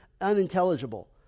unintelligible